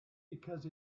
because